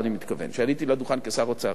אני מתכוון: כשעליתי לדוכן כשר אוצר.